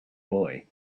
boy